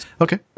Okay